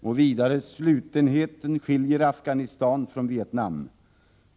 Och vidare: ”Slutenheten skiljer Afghanistan från Vietnam.